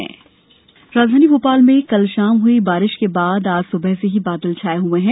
मौसम राजधानी भोपाल में कल शाम हुई बारिश के बाद आज सुबह से ही बादल छाये हुए हैं